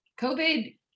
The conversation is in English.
COVID